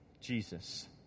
Jesus